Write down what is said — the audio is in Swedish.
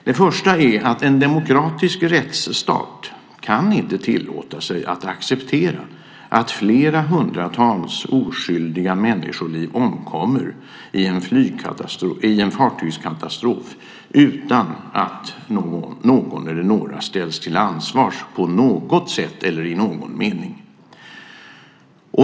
Det första är att en demokratisk rättsstat inte kan tillåta sig att acceptera att flera hundra oskyldiga människor omkommer i en fartygskatastrof utan att någon eller några ställs till ansvar på något sätt eller i någon mening.